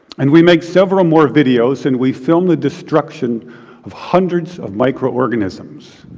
and we made several more videos, and we filmed the destruction of hundreds of microorganisms.